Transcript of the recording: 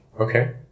Okay